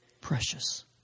precious